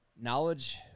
knowledge